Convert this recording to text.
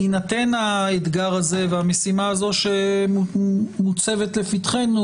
בהינתן האתגר הזה והמשימה הזו שמוצבת לפתחנו